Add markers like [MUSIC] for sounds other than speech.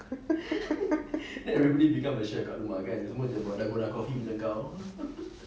[LAUGHS]